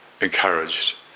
encouraged